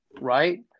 Right